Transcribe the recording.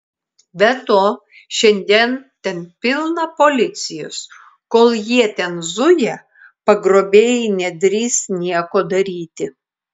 be to šiandien ten pilna policijos kol jie ten zuja pagrobėjai nedrįs nieko daryti